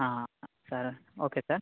ಹಾಂ sir okay sir